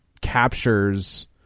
captures